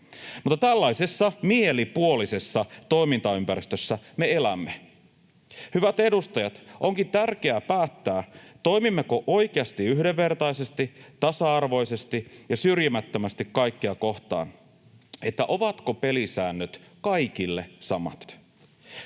Mutta tällaisessa mielipuolisessa toimintaympäristössä me elämme. Hyvät edustajat, onkin tärkeää päättää, toimimmeko oikeasti yhdenvertaisesti, tasa-arvoisesti ja syrjimättömästi kaikkia kohtaan — ovatko pelisäännöt kaikille samat.